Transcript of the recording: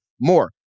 more